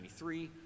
1993